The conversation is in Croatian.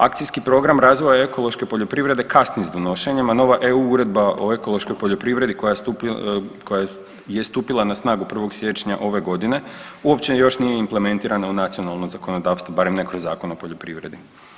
Akcijski program razvoja ekološke poljoprivrede kasni s donošenjem, a nova EU uredba o ekološkoj poljoprivredi koja je stupila na snagu 1. siječnja ove godine uopće još nije implementirana u nacionalno zakonodavstvo, barem ne kroz Zakon o poljoprivredi.